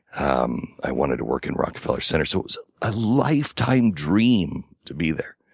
um i wanted to work in rockefeller center. so it was a lifetime dream to be there.